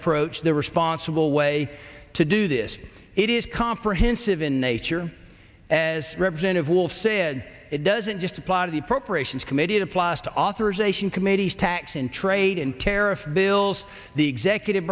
approach the responsible way to do this it is comprehensive in nature represent of wolf said it doesn't just apply to the appropriations committee it applies to authorization committees tax and trade and tariff bills the executive